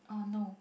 uh no